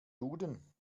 duden